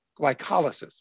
glycolysis